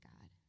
God